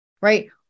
right